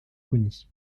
pougny